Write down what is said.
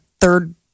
third